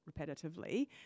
repetitively